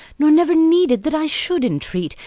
nor never needed that i should entreat,